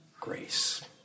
grace